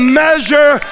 measure